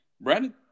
Brandon